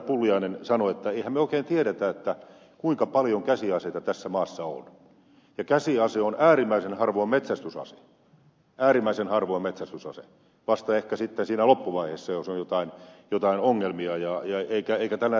pulliainen sanoi että emmehän me oikein tiedä kuinka paljon käsiaseita tässä maassa on ja käsiase on äärimmäisen harvoin metsästysase vasta ehkä sitten siinä loppuvaiheessa jos on jotain ongelmia eikä tällainen räiskintäase koskaan